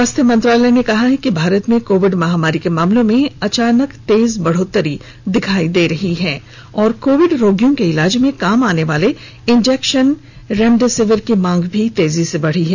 स्वास्थ्य मंत्रालय ने कहा है कि भारत में कोविड महामारी के मामलों में अचानक तेज बढोतरी दिखाई दी है और कोविड रोगियों के इलाज में काम आने वाले इंजेक्शन रेमडेसिविर की मांग भी तेजी से बढ़ी है